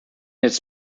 its